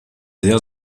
sehr